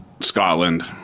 Scotland